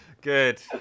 Good